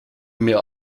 mir